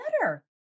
better